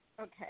Okay